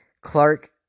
Clark